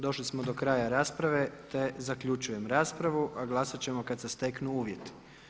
Došli smo do kraja rasprave te zaključujem raspravu a glasati ćemo kada se steknu uvjeti.